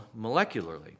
molecularly